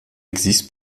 existent